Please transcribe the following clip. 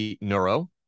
neuro